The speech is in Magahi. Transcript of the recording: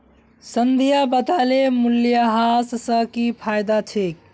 संध्या बताले मूल्यह्रास स की फायदा छेक